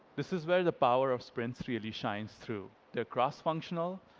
this is where the power of sprints really shines through. they're cross-functional,